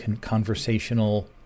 conversational